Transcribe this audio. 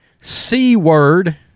C-word